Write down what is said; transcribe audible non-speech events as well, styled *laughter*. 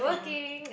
!aiya! *noise*